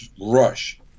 rush